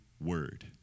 word